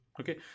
okay